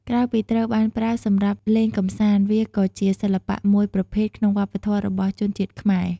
ក្រៅពីត្រូវបានប្រើសម្រាប់លេងកម្សាន្ត វាក៏ជាសិល្បៈមួយប្រភេទក្នុងវប្បធម៌របស់ជនជាតិខ្មែរ។